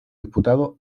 disputado